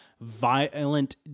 violent